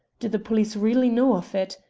do the police really know of it?